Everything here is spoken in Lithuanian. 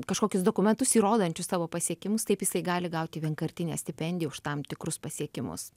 kažkokius dokumentus įrodančius savo pasiekimus taip jisai gali gauti vienkartinę stipendiją už tam tikrus pasiekimus